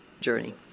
journey